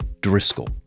Driscoll